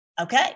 Okay